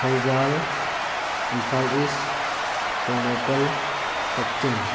ꯊꯧꯕꯥꯜ ꯏꯝꯐꯥꯜ ꯏꯁ ꯇꯦꯛꯅꯧꯄꯜ ꯀꯛꯆꯤꯡ